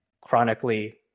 chronically